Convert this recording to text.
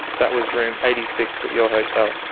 that was room eighty six at your hotel.